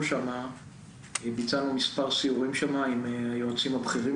שם ביצענו מספר סיורים שם עם יועצינו הבכירים